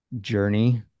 journey